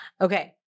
okay